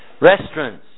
restaurants